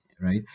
right